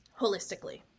holistically